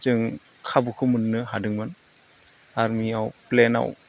जों खाबुखौ मोन्नो हादोंमोन आर्मियाव प्लेनाव